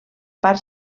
part